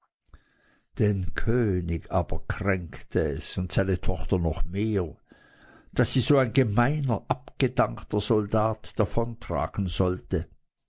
den könig aber kränkte es und seine tochter noch mehr daß sie so ein gemeiner abgedankter soldat davontragen sollte